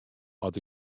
oft